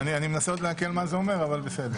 אני מנסה עוד לעכל מה זה אומר, אבל בסדר.